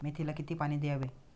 मेथीला किती पाणी द्यावे?